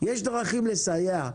יש דרכים לסייע,